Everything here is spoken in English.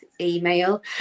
email